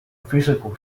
physical